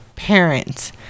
parents